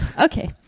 Okay